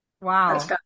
Wow